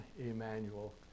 Emmanuel